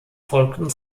folgten